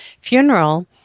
funeral